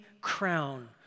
crown